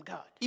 God